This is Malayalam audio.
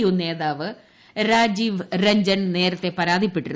യു നേതാവ് രാജീവ് രൺജൻ നേരത്തെ പരാതിപ്പെട്ടിരുന്നു